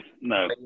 no